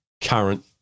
current